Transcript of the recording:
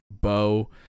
bow